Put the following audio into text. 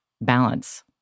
balance